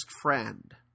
friend